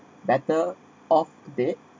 better off date